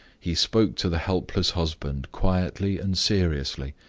he spoke to the helpless husband quietly and seriously,